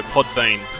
Podbean